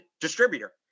distributor